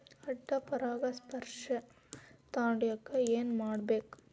ಅಡ್ಡ ಪರಾಗಸ್ಪರ್ಶ ತಡ್ಯಾಕ ಏನ್ ಮಾಡ್ಬೇಕ್?